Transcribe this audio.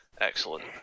Excellent